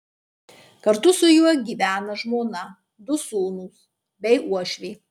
kartu su juo gyvena žmona du sūnūs bei uošvė